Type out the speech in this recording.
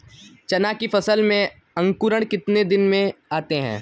चना की फसल में अंकुरण कितने दिन में आते हैं?